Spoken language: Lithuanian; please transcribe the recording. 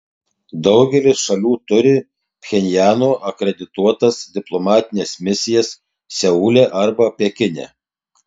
daugelis šalių turi pchenjano akredituotas diplomatines misijas seule arba pekine